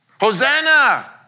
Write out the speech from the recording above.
Hosanna